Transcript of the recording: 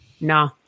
no